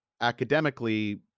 academically